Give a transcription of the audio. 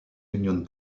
union